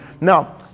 Now